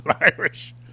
irish